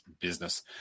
business